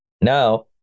now